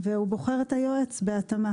והוא בוחר את היועץ בהתאמה.